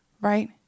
right